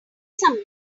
some